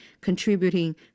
contributing